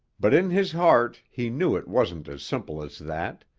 but in his heart he knew it wasn't as simple as that,